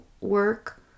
work